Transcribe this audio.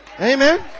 Amen